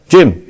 Jim